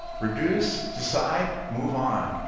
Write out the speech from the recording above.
reduce, decide, move on.